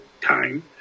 time